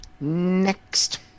Next